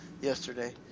yesterday